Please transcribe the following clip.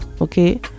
okay